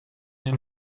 den